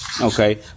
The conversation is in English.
Okay